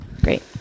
Great